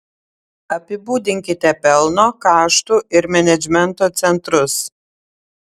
apibūdinkite pelno kaštų ir menedžmento centrus